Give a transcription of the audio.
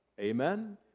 Amen